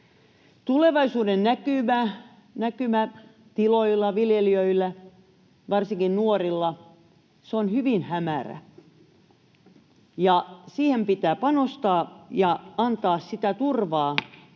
Tulevaisuudennäkymä tiloilla, viljelijöillä, varsinkin nuorilla, on hyvin hämärä. Siihen pitää panostaa ja antaa sitä turvaa,